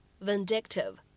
vindictive